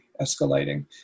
escalating